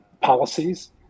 policies